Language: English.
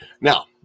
Now